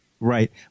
Right